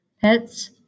pets